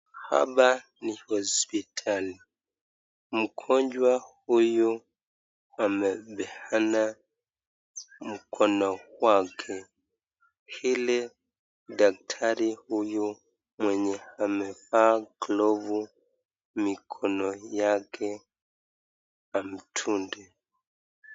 Hapa ni hospitali mgonjwa huyu amepeana mkono wake ili daktari huyu mwenye amevaa glavu mikono yake amdunge.